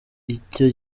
icyo